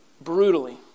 brutally